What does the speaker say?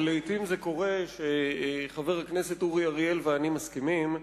אבל לעתים זה קורה שחבר הכנסת אורי אריאל ואני מסכימים,